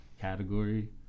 category